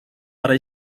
para